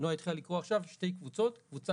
שנועה התחילה לקרוא עכשיו שתי קבוצות: קבוצה